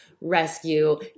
rescue